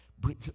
Bring